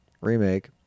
remake